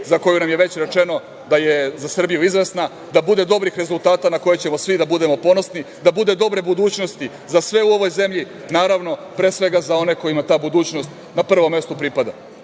za koju nam je već rečeno da je za Srbiju izvesna, da bude dobrih rezultata na koje ćemo svi da budemo ponosni. Da bude dobre budućnosti za sve u ovoj zemlji, naravno, pre svega za one kojima ta budućnost na prvom mestu pripada,